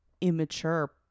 immature